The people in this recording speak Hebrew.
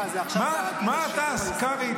קרעי,